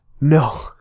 No